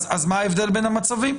אז מה ההבדל בין המצבים?